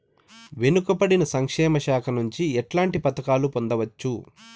వెనుక పడిన సంక్షేమ శాఖ నుంచి ఎట్లాంటి పథకాలు పొందవచ్చు?